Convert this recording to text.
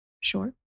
Sure